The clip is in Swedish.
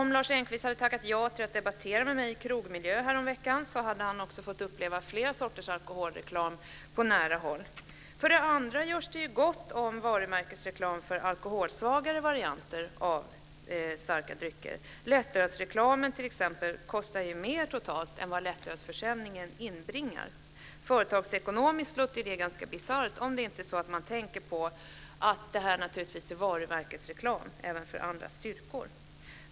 Om Lars Engqvist hade tackat ja till att debattera med mig i krogmiljö häromveckan hade han fått uppleva flera sorters alkoholreklam på nära håll. För det andra finns det gott om varumärkesreklam för alkoholsvagare varianter av starka drycker. T.ex. kostar lättölsreklamen totalt sett mer än vad lättölsförsäljningen inbringar. Företagsekonomiskt låter det ganska bisarrt, om man inte tänker på att det naturligtvis är fråga om varumärkesreklam även för drycker med andra alkoholstyrkor.